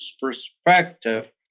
perspective